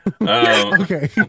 Okay